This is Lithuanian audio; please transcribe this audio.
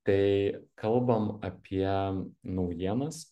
kai kalbam apie naujienas